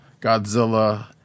Godzilla